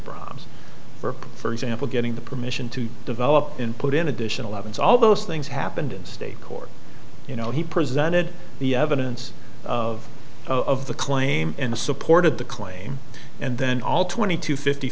brahms for for example getting the permission to develop input in addition eleven's all those things happened in state court you know he presented the evidence of of the claim and supported the claim and then all twenty two fifty